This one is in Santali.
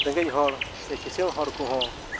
ᱨᱮᱸᱜᱚᱡ ᱦᱚᱲ ᱥᱮ ᱠᱤᱥᱟᱹᱬ ᱦᱚᱲ ᱠᱚᱦᱚᱸ